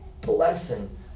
blessing